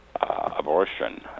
abortion